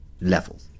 level